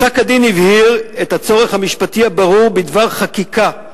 פסק-הדין הבהיר את הצורך המשפטי הברור בדבר חקיקה,